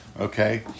Okay